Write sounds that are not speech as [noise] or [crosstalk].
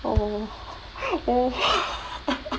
oh [laughs] oh [laughs]